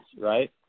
right